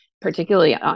particularly